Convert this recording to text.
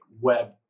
web